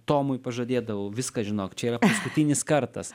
tomui pažadėdavau viskas žinok čia yra paskutinis kartas